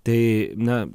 tai na